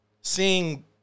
seeing